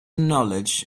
knowledge